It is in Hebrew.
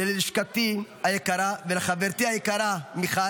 ללשכתי היקרה, ולחברתי היקרה מיכל,